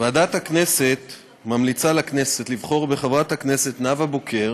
ועדת הכנסת ממליצה לכנסת לבחור בחברת הכנסת נאוה בוקר